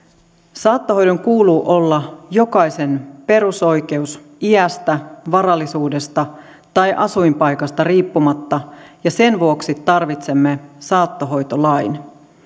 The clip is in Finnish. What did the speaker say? saattohoidon kuuluu olla jokaisen perusoikeus iästä varallisuudesta tai asuinpaikasta riippumatta ja sen vuoksi tarvitsemme saattohoitolain